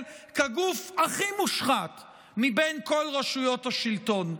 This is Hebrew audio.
כגוף הכי מושחת מבין כל רשויות השלטון.